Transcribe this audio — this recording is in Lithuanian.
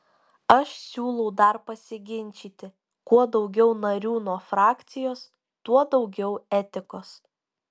aš siūlau dar pasiginčyti kuo daugiau narių nuo frakcijos tuo daugiau etikos